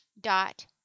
dot